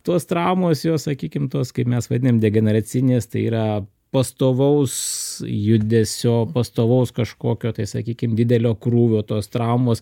tos traumos jos sakykim tos kaip mes vadinam degeneracinės tai yra pastovaus judesio pastovaus kažkokio tai sakykim didelio krūvio tos traumos